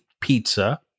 pizza